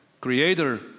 creator